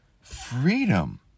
Freedom